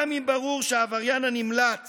גם אם ברור שהעבריין הנמלט